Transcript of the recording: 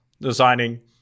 designing